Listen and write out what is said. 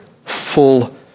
full